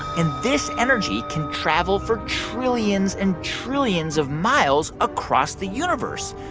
and this energy can travel for trillions and trillions of miles across the universe,